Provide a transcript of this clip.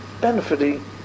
Benefiting